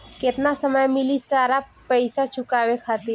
केतना समय मिली सारा पेईसा चुकाने खातिर?